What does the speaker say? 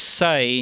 say